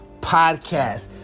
Podcast